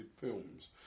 films